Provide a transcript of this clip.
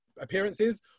appearances